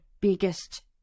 biggest